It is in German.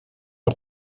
ein